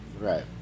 Right